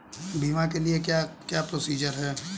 बीमा के लिए क्या क्या प्रोसीजर है?